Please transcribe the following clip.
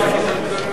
כן.